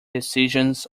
decisions